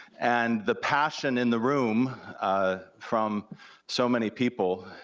and the passion in the room ah from so many people.